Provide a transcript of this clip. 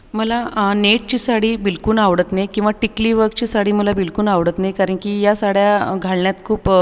मला नेटची साडी बिलकुल आवडत नाही किंवा टिकलीवर्कची साडी मला बिलकुल आवडत नाही कारण की या साड्या घालण्यात खूप